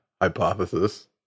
hypothesis